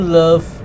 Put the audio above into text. love